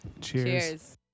Cheers